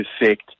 effect